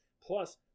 Plus